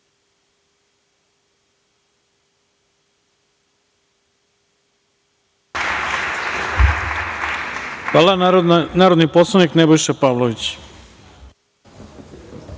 Hvala. Narodni poslanik Nebojša Pavlović.